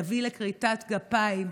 תביא לכריתת גפיים,